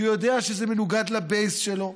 כי הוא יודע שזה מנוגד ל-base שלו,